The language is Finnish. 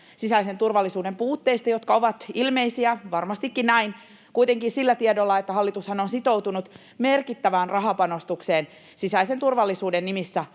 sisäisen turvallisuuden puutteista, jotka ovat ilmeisiä — varmastikin näin — kuitenkin sillä tiedolla, että hallitushan on sitoutunut merkittävään rahapanostukseen sisäisen turvallisuuden nimissä